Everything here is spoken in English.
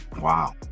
Wow